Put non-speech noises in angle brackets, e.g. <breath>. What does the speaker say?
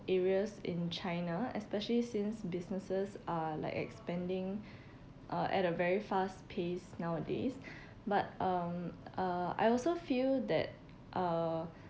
areas in china especially since businesses are like expanding <breath> uh at a very fast pace nowadays <breath> but um uh I also feel that uh